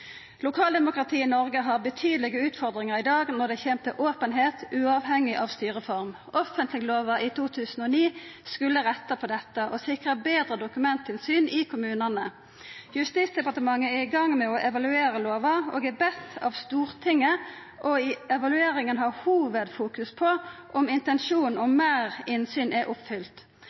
Lokaldemokratiet i Noreg har betydelege utfordringar i dag når det kjem til openheit, uavhengig av styreform. Offentleglova frå 2009 skulle retta på dette og sikra betre dokumentinnsyn i kommunane. Justisdepartementet er i gang med å evaluera lova og er bedt om det av Stortinget. Evalueringa har hovudfokus på om intensjonen om meir innsyn er oppfylt.